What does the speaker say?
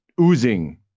oozing